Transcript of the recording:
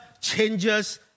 changes